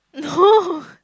no